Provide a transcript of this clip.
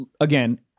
again